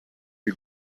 you